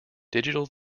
digital